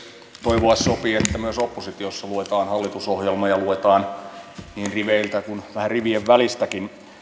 toivoa sopii että myös oppositiossa luetaan hallitusohjelmaa ja luetaan niin riveiltä kuin vähän rivien välistäkin